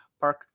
Park